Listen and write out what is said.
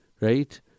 Right